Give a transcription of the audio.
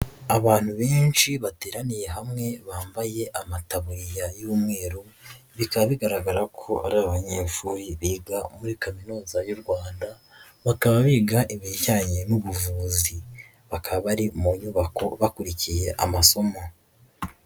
Abantu benshi bateraniye hamwe, bambaye amataburiya y'umweru, bikaba bigaragara ko ari abanyeshuri biga muri kaminuza y'u Rwanda, bakaba biga ibijyanye n'ubuvuzi. Bakaba bari mu nyubako, bakurikiye amasomo.